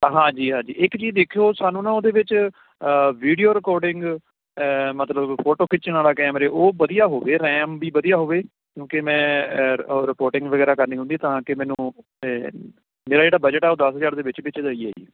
ਹਾਂਜੀ ਹਾਂਜੀ ਇੱਕ ਚੀਜ਼ ਦੇਖਿਉ ਸਾਨੂੰ ਨਾ ਉਹਦੇ ਵਿੱਚ ਵੀਡੀਓ ਰਿਕੋਰਡਿੰਗ ਮਤਲਬ ਫੋਟੋ ਖਿੱਚਣ ਵਾਲਾ ਕੈਮਰੇ ਉਹ ਵਧੀਆ ਹੋਵੇ ਰੈਮ ਵੀ ਵਧੀਆ ਹੋਵੇ ਕਿਉਂਕਿ ਮੈਂ ਉ ਰਿਕੋਰਡਿੰਗ ਵਗੈਰਾ ਕਰਨੀ ਹੁੰਦੀ ਤਾਂ ਕਿ ਮੈਨੂੰ ਮੇਰਾ ਜਿਹੜਾ ਬਜਟ ਆ ਉਹ ਦਸ ਹਜ਼ਾਰ ਦੇ ਵਿੱਚ ਵਿਚ ਦਾ ਹੀ ਹੈ ਜੀ